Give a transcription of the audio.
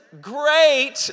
Great